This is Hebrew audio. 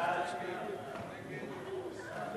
ההסתייגות של שר האוצר לסעיף